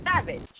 savage